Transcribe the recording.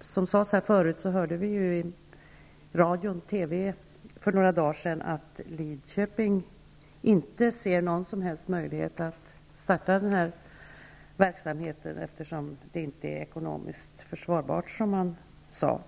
Som framhållits här förut sades det i radio och TV för några dagar sedan att Lidköping inte ser någon som helst möjlighet att starta en sådan här verksamhet. Det skulle inte vara ekonomiskt försvarbart, sades det.